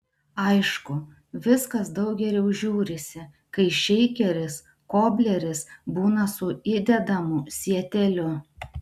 aišku viskas daug geriau žiūrisi kai šeikeris kobleris būna su įdedamu sieteliu